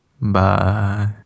Bye